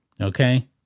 okay